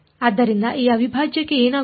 ಆದ್ದರಿಂದ ಈ ಅವಿಭಾಜ್ಯಕ್ಕೆ ಏನಾಗುತ್ತದೆ